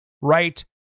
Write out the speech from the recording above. right